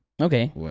Okay